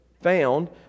found